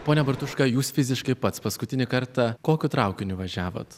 pone bartuška jūs fiziškai pats paskutinį kartą kokiu traukiniu važiavot